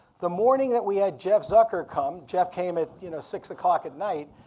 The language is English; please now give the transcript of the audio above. the morning that we had jeff zucker come, jeff came at you know six o'clock at night,